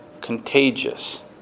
contagious